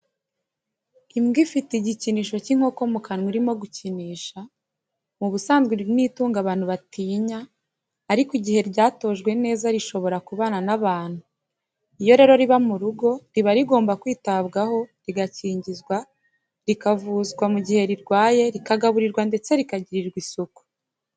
Imbwa ifite igikinisho cy'inkoko mu kanwa irimo kugikinisha ,mu busanzwe iri ni itungo abantu batinya, ariko igihe ryatojwe neza rishobora kubana n'abantu iyo rero riba mu rugo riba rigomba kwitabwaho rigakingizwa rikavuzwa mu gihe rirwaye rikagaburirwa ndetse rikagirirwa isuku.